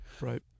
right